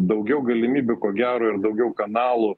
daugiau galimybių ko gero ir daugiau kanalų